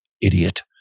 idiot